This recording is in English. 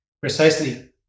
precisely